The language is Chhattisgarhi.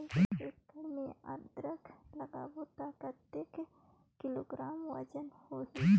एक एकड़ मे अदरक लगाबो त कतेक किलोग्राम वजन होही?